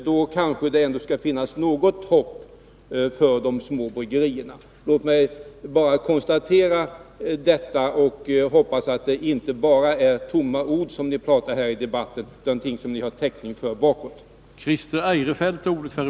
Då kanske det ändå skall finnas något hopp för de små bryggerierna. Jag hoppas att det inte bara är tomma ord som ni pratar här i debatten utan att ni har täckning för vad ni säger.